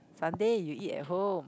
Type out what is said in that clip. Sunday you eat at home